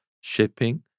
shipping